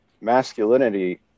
masculinity